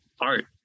art